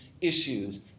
issues